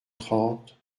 trente